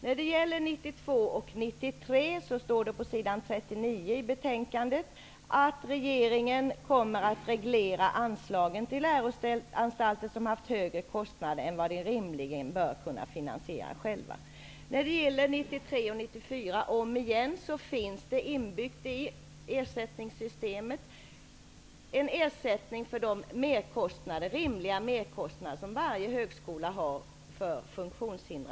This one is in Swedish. När det gäller 1992 94 finns det inbyggt i ersättningssystemet en ersättning för de rimliga merkostnader som varje högskola kan få för studenter med funktionshinder.